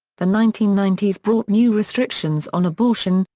the nineteen ninety s brought new restrictions on abortion,